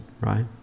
right